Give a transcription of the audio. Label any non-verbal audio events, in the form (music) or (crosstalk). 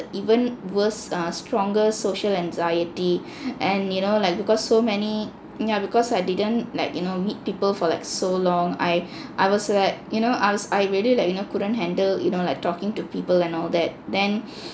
even worse err stronger social anxiety (breath) and you know like because so many yeah because I didn't like you know meet people for like so long I I was like you know I was I really like you know couldn't handle you know like talking to people and all that then (breath)